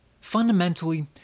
Fundamentally